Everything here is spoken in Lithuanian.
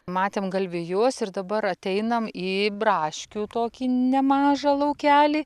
matėm galvijus ir dabar ateinam į braškių tokį nemažą laukelį